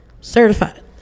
certified